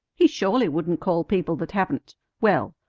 he surely wouldn't call people that haven't well,